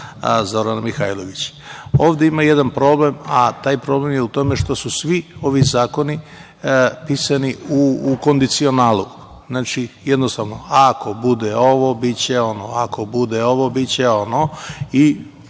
Zorana Mihajlović. Ovde ima jedan problem, a taj problem je u tome što su svi ovi zakoni pisani u kondicionalu. Znači, jednostavno, ako bude ovo biće ono, ako bude ovo biće ono.